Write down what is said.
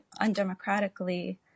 undemocratically